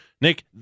Nick